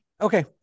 Okay